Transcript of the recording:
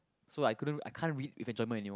so like I couldn't read I can't read with a German anymore